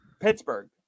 Pittsburgh